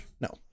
No